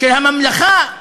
של הממלכה,